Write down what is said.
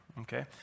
okay